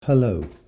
Hello